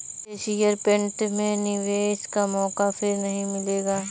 Asian paint में निवेश का मौका फिर नही मिलेगा